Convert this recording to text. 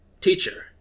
Teacher